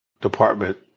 department